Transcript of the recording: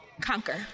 conquer